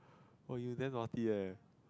oh you damn naughty leh